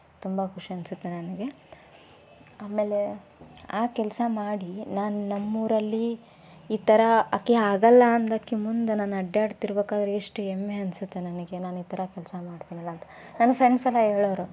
ತುಂಬ ಖುಷಿ ಅನಿಸುತ್ತೆ ನನಗೆ ಆಮೇಲೆ ಆ ಕೆಲಸ ಮಾಡಿ ನಾನು ನಮ್ಮ ಊರಲ್ಲಿ ಈ ಥರ ಅಕಿ ಆಗಲ್ಲ ಅಂದಾಕೆ ಮುಂದೆ ನಾನು ಅಡ್ಡಾಡ್ತಿರ್ಬೇಕಾದ್ರೆ ಎಷ್ಟು ಹೆಮ್ಮೆ ಅನಿಸುತ್ತೆ ನನಗೆ ನಾನು ಈ ಥರ ಕೆಲಸ ಮಾಡ್ತೀನಲ್ಲ ಅಂತ ನಮ್ಮ ಫ್ರೆಂಡ್ಸೆಲ್ಲ ಹೇಳವ್ರು